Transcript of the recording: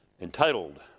entitled